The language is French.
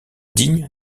digne